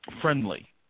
friendly